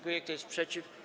Kto jest przeciw?